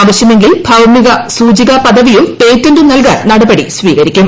ആവശ്യമെങ്കിൽ ഭൌമസൂചിക പദവിയും പേറ്റന്റും നൽകാൻ നടപടി സ്വീകരിക്കും